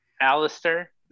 Alistair